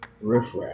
riffraff